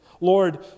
Lord